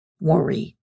worry